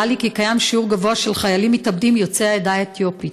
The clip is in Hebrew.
לי כי קיים שיעור גבוה של חיילים מתאבדים יוצאי העדה האתיופית.